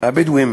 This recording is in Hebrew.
הבדואיים